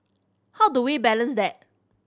how do we balance that